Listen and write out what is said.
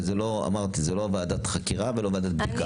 וזאת לא ועדת חקירה ולא ועדת בדיקה.